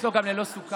יש לו גם ללא סוכר.